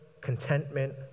contentment